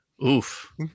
oof